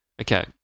Okay